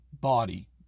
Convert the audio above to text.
body